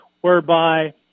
whereby